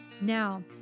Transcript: now